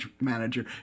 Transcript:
manager